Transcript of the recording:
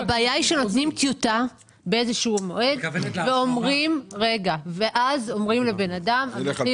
הבעיה היא שנותנים טיוטה באיזה שהוא מועד ואז אומרים לבן אדם שהמחיר